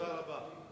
תודה רבה.